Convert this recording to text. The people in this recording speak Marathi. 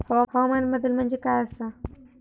हवामान बदल म्हणजे काय आसा?